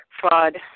fraud